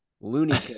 Looney